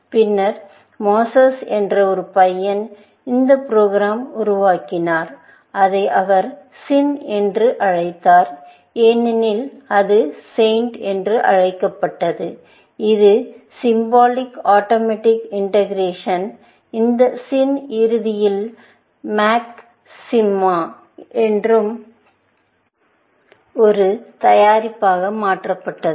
பின்னர் மோசஸ்என்ற ஒரு பையன் ஒரு ப்ரோக்ராம் உருவாக்கினார் அதை அவர் SIN என்று அழைத்தார் ஏனெனில் இது SAINT என்று அழைக்கப்பட்டது இது சிம்பாலிக் ஆட்டோமேட்டிக் இன்டெகிரஷன் இந்த SIN இறுதியில் MACSYMA எனப்படும் ஒரு தயாரிப்பாக மாற்றப்பட்டது